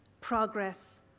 progress